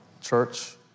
Church